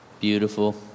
Beautiful